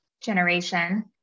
generation